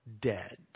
dead